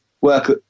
work